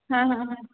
हां हां हां